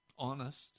honest